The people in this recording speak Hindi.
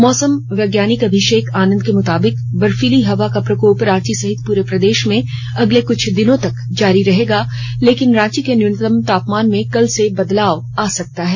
मौसम वैज्ञानिक अभिषेक आनंद के मुताबिक बर्फीली हवा का प्रकोप रांची सहित पूरे प्रदेश में अगले कुछ दिनों तक जारी रहेगा लेकिन रांची के न्यूनतम तापमान में कल से बदलाव आ सकता है